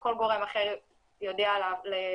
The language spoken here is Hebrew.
כל גורם אחר יודע לעדכן